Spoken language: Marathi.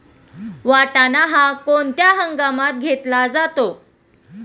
वाटाणा हा कोणत्या हंगामात घेतला जातो?